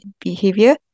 behavior